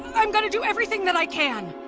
i'm gonna do everything that i can.